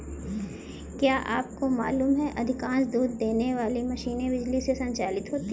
क्या आपको मालूम है कि अधिकांश दूध देने वाली मशीनें बिजली से संचालित होती हैं?